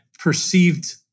perceived